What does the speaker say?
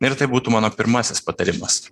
ir tai būtų mano pirmasis patarimas